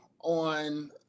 on